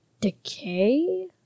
decay